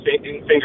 finger